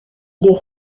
les